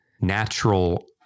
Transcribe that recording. natural